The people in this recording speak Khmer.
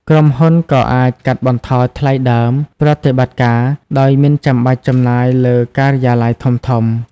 ក្រុមហ៊ុនក៏អាច កាត់បន្ថយថ្លៃដើម ប្រតិបត្តិការ ដោយមិនចាំបាច់ចំណាយលើការិយាល័យធំៗ។